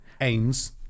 aims